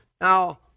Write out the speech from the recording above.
Now